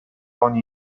ogni